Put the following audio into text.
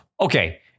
Okay